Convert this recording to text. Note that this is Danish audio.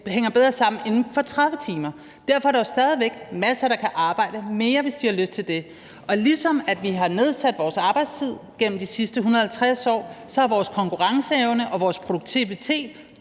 hænger bedre sammen inden for de 30 timer. Derfor er der stadig væk masser af mennesker, der kan arbejde mere, hvis de har lyst til det. Og ligesom at vi har nedsat vores arbejdstid gennem de sidste 150 år, er vores konkurrenceevne og vores produktivitet